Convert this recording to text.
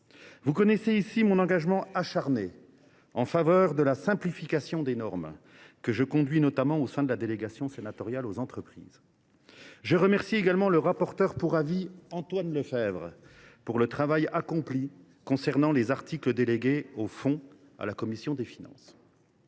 Vous connaissez ici mon engagement acharné en faveur de la simplification des normes, au sein notamment de la délégation sénatoriale aux entreprises. Je remercie également le rapporteur pour avis, Antoine Lefèvre, du travail qu’il a accompli sur les articles délégués au fond à la commission des finances.